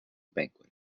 banquet